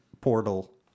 Portal